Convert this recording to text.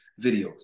videos